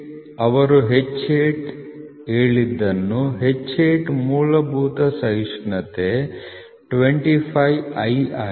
ಅವರು H8 ಹೇಳಿದ್ದನ್ನು H8 ಮೂಲಭೂತ ಸಹಿಷ್ಣುತೆ 25i ಆಗಿದೆ